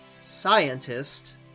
scientist